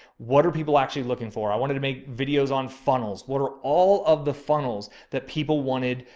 what are people actually looking for? i wanted to make videos on funnels. what are all of the funnels that people wanted?